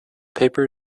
paper